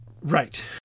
Right